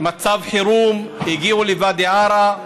מצב חירום, הגיעו לוואדי עארה,